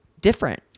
Different